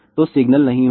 तो सिग्नल नहीं होगा